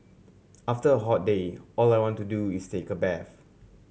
after a hot day all I want to do is take a bath